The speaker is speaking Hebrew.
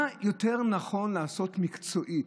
מה יותר נכון מקצועית,